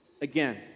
Again